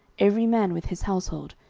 every man with his household,